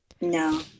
No